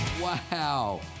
Wow